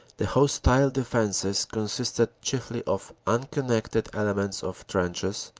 the hostile defenses consisted chiefly of uncon nected elements of trenches,